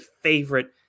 favorite